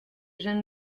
jeunes